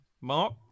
mark